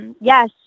yes